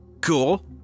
cool